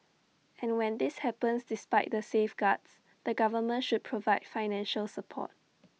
and when this happens despite the safeguards the government should provide financial support